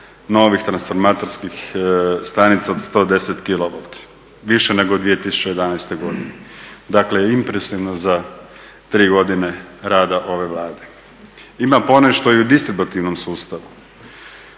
novih transformatorskih stanica od 110 kilovolti, više nego 2011.godini, dakle impresivno za tri godine rada ove Vlade. Ima ponešto i u distributivnom sustavu